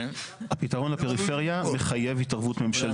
הפתרו לפריפריה מחייב התערבות ממשלתית.